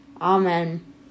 Amen